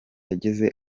yageze